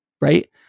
Right